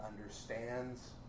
understands